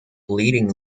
leading